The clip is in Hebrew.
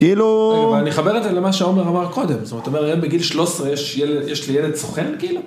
כאילו, אני חבר את זה למה שעומר אמר קודם, זאת אומרת, בגיל 13 יש לי ילד סוכן?